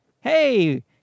Hey